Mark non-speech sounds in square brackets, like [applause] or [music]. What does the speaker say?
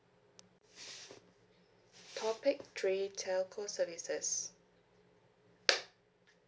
topic three telco services [noise]